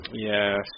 Yes